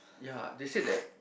ya they said that